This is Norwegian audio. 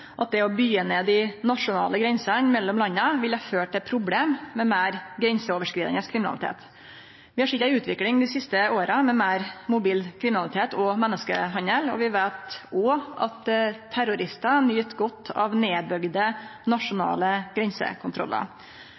at det å byggje ned dei nasjonale grensene mellom landa ville føre til problem med meir grenseoverskridande kriminalitet. Vi har sett ei utvikling dei siste åra med meir mobil kriminalitet og menneskehandel, og vi veit òg at terroristar nyt godt av nedbygde nasjonale grensekontrollar.